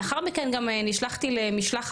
לאחר מכן גם נשלחתי למשלחת